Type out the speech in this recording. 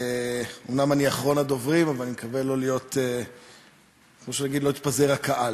אומנם אני אחרון הדוברים אבל אני מקווה שלא יתפזר הקהל.